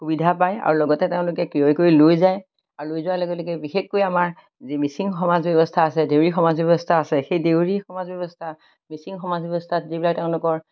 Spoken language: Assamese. সুবিধা পায় আৰু লগতে তেওঁলোকে ক্ৰয় কৰি লৈ যায় আৰু লৈ যোৱাৰ লগে লগে বিশেষকৈ আমাৰ যি মিচিং সমাজ ব্যৱস্থা আছে দেউৰী সমাজ ব্যৱস্থা আছে সেই দেউৰী সমাজ ব্যৱস্থা মিচিং সমাজ ব্যৱস্থাত যিবিলাক তেওঁলোকৰ